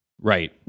Right